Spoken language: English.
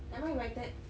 am I invited